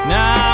Now